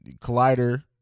Collider